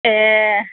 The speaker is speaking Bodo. ए